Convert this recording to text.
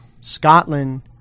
Scotland